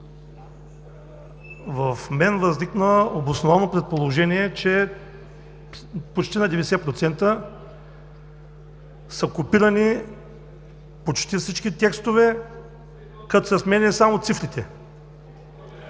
В мен възникна обосновано предположение, че почти на 90% са копирани почти всички текстове, като се сменят само цифрите.